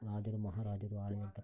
ರಾಜರು ಮಹಾರಾಜರು ಆಳಿರತಕ್ಕಂಥ